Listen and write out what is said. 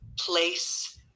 place